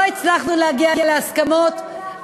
לא הצלחנו להגיע להסכמות,